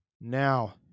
Now